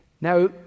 Now